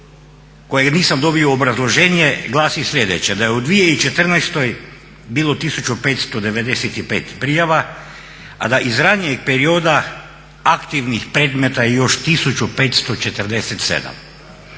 koje nisam dobio obrazloženje glasi sljedeće: Da je u 2014. bilo 1595 prijava, a da iz ranijeg perioda aktivnih predmeta je još 1547.